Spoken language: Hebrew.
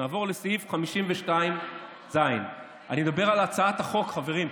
נעבור לסעיף 52ז. אני מדבר על הצעת החוק, חברים.